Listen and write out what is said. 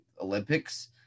Olympics